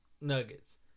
Nuggets